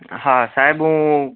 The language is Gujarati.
હા સાહેબ હું